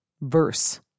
verse